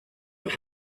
that